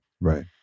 Right